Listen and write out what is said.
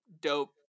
dope